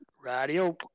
Radio